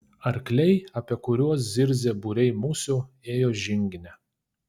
arkliai apie kuriuos zirzė būriai musių ėjo žingine